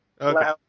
Okay